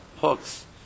hooks